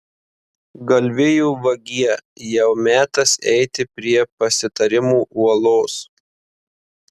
galvijų vagie jau metas eiti prie pasitarimų uolos